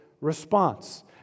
response